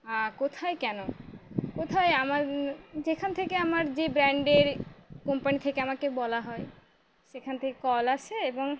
কোথায় কেন কোথায় আমার যেখান থেকে আমার যে ব্র্যান্ডের কোম্পানি থেকে আমাকে বলা হয় সেখান থেকে কল আসে এবং